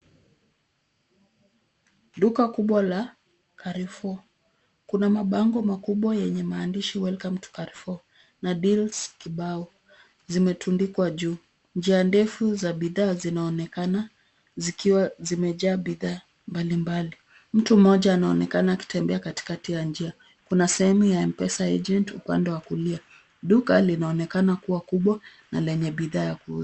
Duka kubwa la Carrefour. Kuna mabango makubwa yenye maandishi Welcome to Carrefour na deals kibao zimetundikwa juu. Njia ndefu za bidhaa zinaonekana zikiwa zimejaa bidhaa mbalimbali. Mtu mmoja anaonekana akitembea katikati ya njia. Kuna sehemu ya M-pesa Agent upande wa kulia. Duka linaonekana kuwa kubwa na lenye bidhaa ya ku...